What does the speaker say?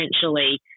essentially